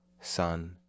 Sun